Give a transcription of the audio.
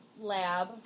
lab